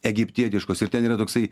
egiptietiškos ir ten yra toksai